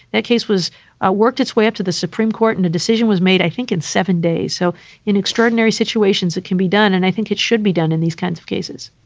that case was worked its way to the supreme court and a decision was made, i think, in seven days so in extraordinary situations, it can be done and i think it should be done in these kinds of cases